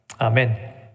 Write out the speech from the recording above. Amen